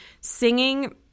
Singing